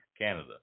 Canada